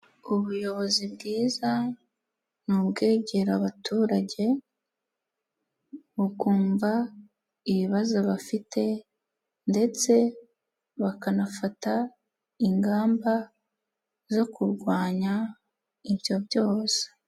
Ubuyobozi bwiza ni ubwegera abaturage bukumva ibibazo bafite ndetse bakanafata ingamba zo kurwanya ibyo byose.